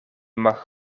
mag